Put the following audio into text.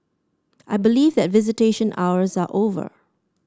I believe that visitation hours are over